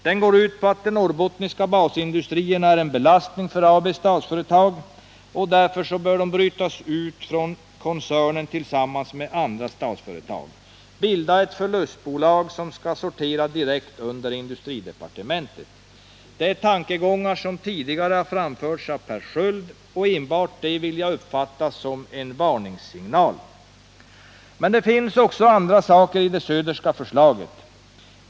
Den går ut på att de norrbottniska basindustrierna är en belastning för AB Statsföretag och därför bör brytas ut från koncernen tillsammans med andra statsföretag och bilda ett förlustföretag, som skall sortera direkt under industridepartementet. Det är tankegångar som tidigare framförts av Per Sköld, och enbart detta vill jag uppfatta som en varningssignal. Men det finns också andra saker i det Söderska förslaget.